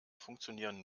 funktionieren